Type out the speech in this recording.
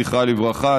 זכרה לברכה,